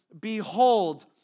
Behold